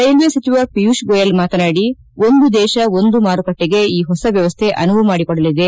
railway ಸಚಿವ ಪಿಯೋಷ್ ಗೋಯಲ್ ಮಾತನಾಡಿ ಒಂದು ದೇಶ ಒಂದು ಮಾರುಕಟ್ಟಿಗೆ ಈ ಹೊಸ ವ್ಯವಸ್ಥೆ ಅನುವು ಮಾಡಿಕೊಡಲಿದೆ